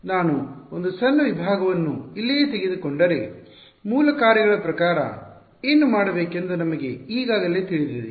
ಆದ್ದರಿಂದ ನಾನು ಒಂದು ಸಣ್ಣ ವಿಭಾಗವನ್ನು ಇಲ್ಲಿಯೇ ತೆಗೆದುಕೊಂಡರೆ ಮೂಲ ಕಾರ್ಯಗಳ ಪ್ರಕಾರ ಏನು ಮಾಡಬೇಕೆಂದು ನಮಗೆ ಈಗಾಗಲೇ ತಿಳಿದಿದೆ